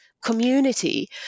community